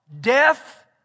death